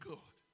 God